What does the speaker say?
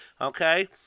Okay